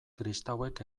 kristauek